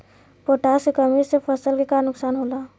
Potash के कमी से फसल के का नुकसान होला?